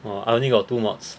orh I only got two mods